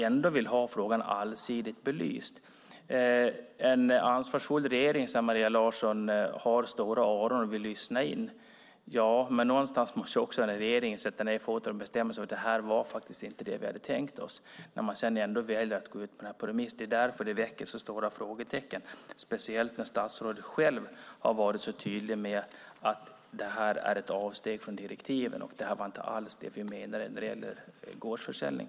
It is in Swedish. En ansvarsfull regering, sade Maria Larsson, har stora öron och vill lyssna in. Men någonstans måste regeringen sätta ned foten och slå fast att det här förslaget inte var vad man hade tänkt sig. Det är därför det väcker stora frågor när man nu ändå väljer att låta det gå ut på remiss, speciellt när statsrådet själv har varit så tydlig om att detta var ett avsteg från direktiven och inte alls det man menade med gårdsförsäljning.